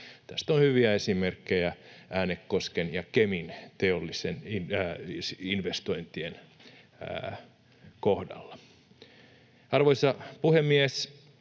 Tästä on hyviä esimerkkejä Äänekosken ja Kemin teollisten investointien kohdalla. Arvoisa puhemies!